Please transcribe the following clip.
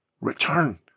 return